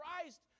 christ